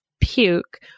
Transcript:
puke